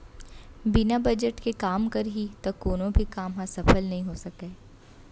बिना बजट के काम करही त कोनो भी काम ह सफल नइ हो सकय